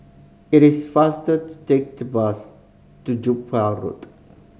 it is faster to take the bus to Jupiter Road